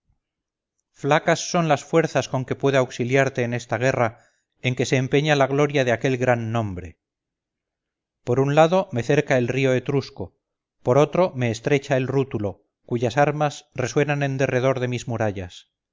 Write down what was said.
flacas son las fuerzas con que puedo auxiliarte en esta guerra en que se empeña la gloria de aquel gran nombre por un lado me cerca el río etrusco por otro me estrecha el rútulo cuyas armas resuenan en derredor de mis murallas